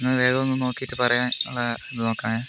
എന്നാൽ വേഗം ഒന്ന് നോക്കിയിട്ട് പറയാൻ ഉള്ള ഇത് നോക്കാൻ